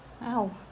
wow